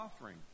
offering